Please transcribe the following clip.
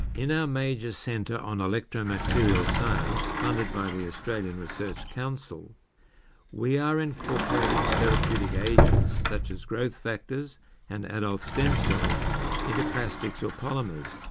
in our major centre on electromaterials science funded by the australian research council we are incorporating therapeutic agents such as growth factors and adult stem cells into plastics or polymers,